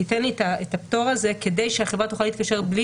תיתן לו את הפטור הזה כדי שהחברה תוכל להתקשר בלי